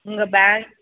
உங்கள் பேங்க்